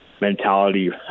mentality